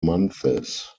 months